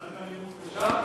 רק אלימות קשה?